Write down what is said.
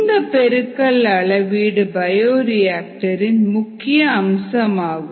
இந்த பெருக்கள் அளவீடு பயோரிஆக்டர் இன் முக்கிய அம்சமாகும்